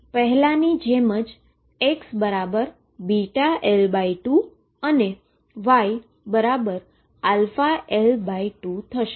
પહેલાની જેમ XβL2 અને YαL2 થશે